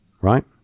right